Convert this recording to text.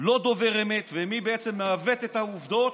לא דובר אמת ומי בעצם מעוות את העובדות